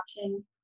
watching